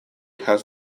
has